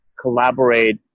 collaborate